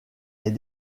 est